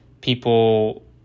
people